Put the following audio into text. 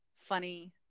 funny